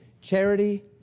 charity